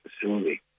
facility